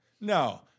no